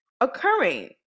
occurring